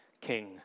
king